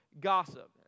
gossip